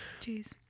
Jeez